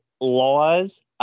laws